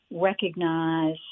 recognize